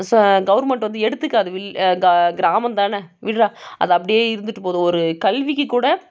ச கவர்மெண்ட் வந்து எடுத்துக்காது கிராமம் தானே விடுறா அது அப்படியே இருந்துட்டு போகுது ஒரு கல்விக்கு கூட